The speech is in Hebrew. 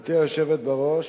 גברתי היושבת בראש,